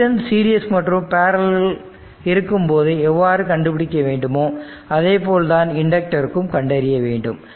resistance series மற்றும் parallel இருக்கும் போது எவ்வாறு கண்டுபிடிக்க வேண்டுமோ அதே போல் தான் இண்டக்டருக்கும் கண்டறிய வேண்டும்